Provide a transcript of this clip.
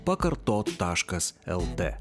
pakartot taškas lt